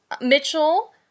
Mitchell